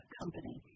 company